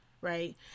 Right